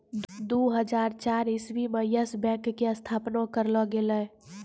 दु हजार चार इस्वी मे यस बैंक के स्थापना करलो गेलै